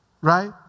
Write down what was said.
Right